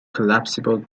collapsible